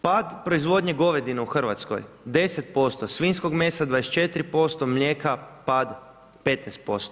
Pad proizvodnje govedine u Hrvatskoj, 10%, svinjskog mesa 24%, mlijeka pad 15%